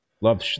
Love